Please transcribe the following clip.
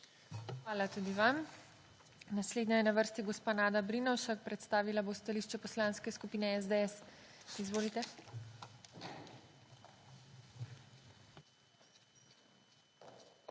Hvala tudi vam. Naslednja je na vrsti gospa Nada Brinovšek, predstavila bo stališče Poslanske skupine SDS. Izvolite. **NADA